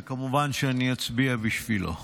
וכמובן שאצביע בשבילו.